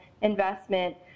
investment